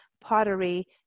pottery